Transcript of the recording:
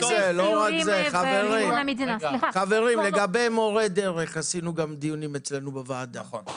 ערכנו דיונים לגבי מורי הדרך גם בוועדת הכלכלה.